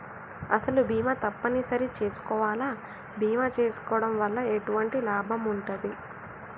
అసలు బీమా తప్పని సరి చేసుకోవాలా? బీమా చేసుకోవడం వల్ల ఎటువంటి లాభం ఉంటది?